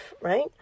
Right